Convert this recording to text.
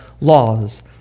laws